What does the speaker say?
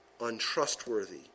untrustworthy